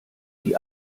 die